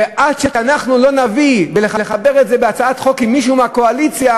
ועד שאנחנו לא נביא ונחבר את זה בהצעת חוק עם מישהו מהקואליציה